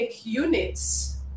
units